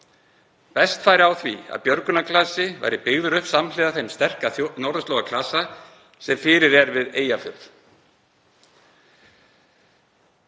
Best færi á því að björgunarklasi væri byggður upp samhliða þeim sterka norðurslóðaklasa sem fyrir er við Eyjafjörð.